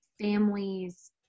families